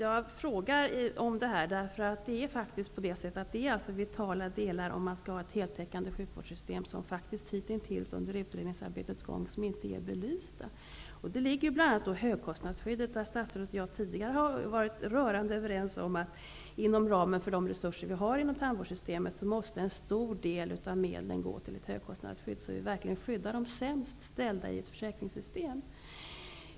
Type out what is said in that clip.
Herr talman! Jag har frågat om detta, därför att det gäller vitala delar om man skall ha ett heltäckande sjukvårdssystem, delar som faktiskt hittills under utredningens gång inte är belysta. När det gäller högkostnadsskyddet har statsrådet och jag tidigare varit rörande överens om att inom ramen för tandvårdssystemets resurser en stor del av medlen måste gå till högkostnadsskyddet, så att vi verkligen skyddar de sämst ställda i försäkringssystemet.